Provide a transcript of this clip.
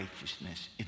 righteousness